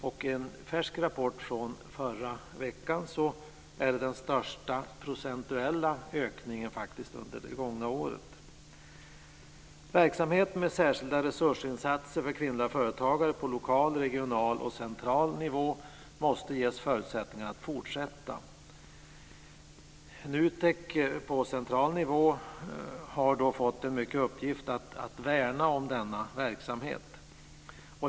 Enligt en färsk rapport från förra veckan är det den största procentuella ökningen under det gångna året. Verksamhet med särskilda resursinsatser för kvinnliga företagare på lokal, regional och central nivå måste ges förutsättning att fortsätta. NUTEK på central nivå har fått till uppgift att värna om denna verksamhet.